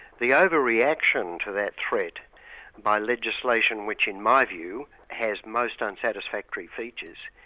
the over-reaction to that threat by legislation which in my view has most unsatisfactory features,